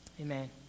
Amen